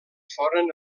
foren